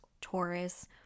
Taurus